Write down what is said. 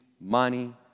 money